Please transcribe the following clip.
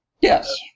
Yes